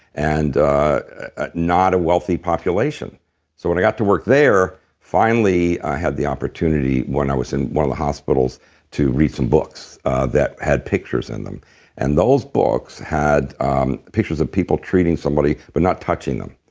and ah not a wealthy population. so when i got to work there, finally i had the opportunity when i was in one of the hospitals to read some books that had pictures in them and those books had um pictures of people treating somebody, but not touching them.